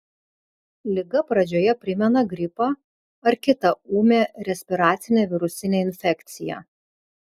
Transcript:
liga pradžioje primena gripą ar kitą ūmią respiracinę virusinę infekciją